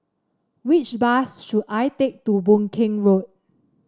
which bus should I take to Boon Keng Road